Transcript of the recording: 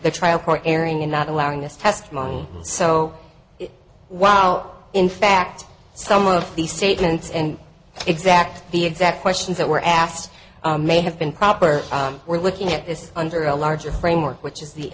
the trial court airing and not allowing this testimony so while in fact some of these statements and exact the exact questions that were asked may have been proper we're looking at this under a larger framework which is the